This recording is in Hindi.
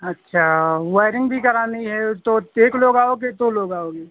अच्छा वयरिंग भी करानी है तो एक लोग आओगे दो लोग आओगे